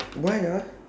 why ah